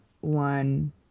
one